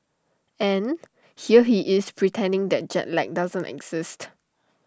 and here he is pretending that jet lag does not exist